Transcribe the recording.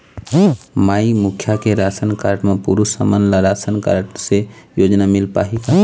माई मुखिया के ration card म पुरुष हमन ला राशन कारड से योजना मिल पाही का?